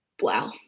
wow